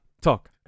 talk